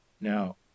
Now